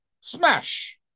smash